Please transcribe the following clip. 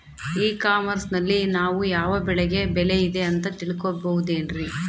E commerce ನಲ್ಲಿ ನಾವು ಯಾವ ಬೆಳೆಗೆ ಬೆಲೆ ಇದೆ ಅಂತ ತಿಳ್ಕೋ ಬಹುದೇನ್ರಿ?